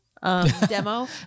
Demo